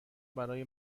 برای